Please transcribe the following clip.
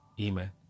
amen